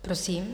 Prosím.